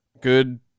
good